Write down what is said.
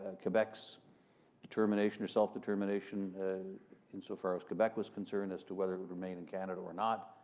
ah quebec's determination or self-determination insofar as quebec was concerned as to whether it would remain in canada or not.